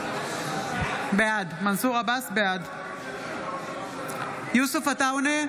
בעד יוסף עטאונה,